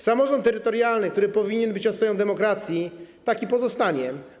Samorząd terytorialny, który powinien być ostoją demokracji, takim pozostanie.